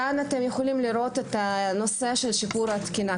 תוכלו לראות את הנושא של שיפור התקינה.